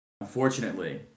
unfortunately